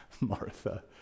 martha